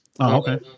Okay